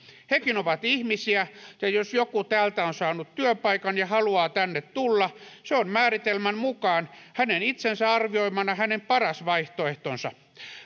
hekin ovat ihmisiä ja jos joku täältä on saanut työpaikan ja haluaa tänne tulla se on määritelmän mukaan hänen itsensä arvioimana hänen paras vaihtoehtonsa